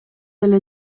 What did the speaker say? эле